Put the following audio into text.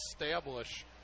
establish